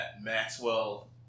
Maxwell